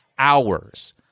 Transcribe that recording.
hours